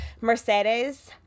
Mercedes